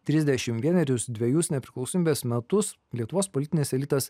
trisdešimt vienerius dvejus nepriklausomybės metus lietuvos politinis elitas